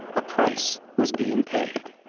a price was being paid.